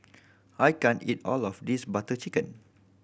I can't eat all of this Butter Chicken